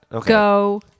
Go